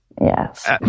Yes